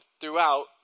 throughout